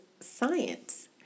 science